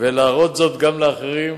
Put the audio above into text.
ולהראות זאת גם לאחרים,